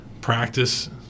practice